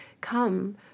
come